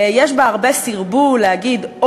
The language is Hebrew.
יש בה הרבה סרבול להגיד: